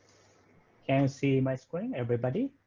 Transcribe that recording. can see my screen, everybody?